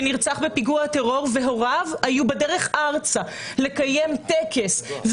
שנרצח בפיגוע טרור והוריו היו בדרך ארצה לקיים טקס,